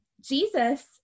Jesus